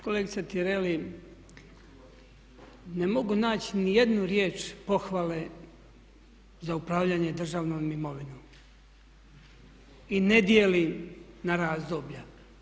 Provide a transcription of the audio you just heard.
Kolegice Tireli, ne mogu naći ni jednu riječ pohvale za upravljanje državnom imovinom i ne dijelim na razdoblja.